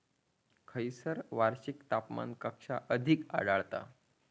खैयसर वार्षिक तापमान कक्षा अधिक आढळता?